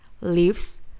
Leaves